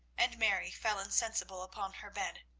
and mary fell insensible upon her bed.